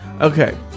Okay